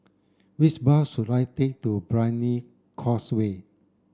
which bus should I take to Brani Causeway